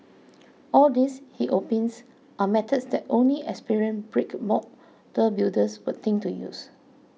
all these he opines are methods that only experienced brick model builders would think to use